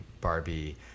barbie